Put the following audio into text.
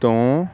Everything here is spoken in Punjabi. ਤੋਂ